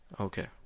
Okay